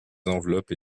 enveloppes